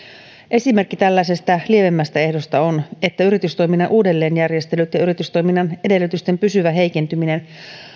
esimerkki tällaisesta lievemmästä ehdosta on että yritystoiminnan uudelleenjärjestelyt ja yritystoiminnan edellytysten pysyvä heikentyminen